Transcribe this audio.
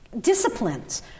disciplines